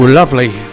Lovely